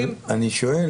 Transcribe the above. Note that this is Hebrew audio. אני שואל,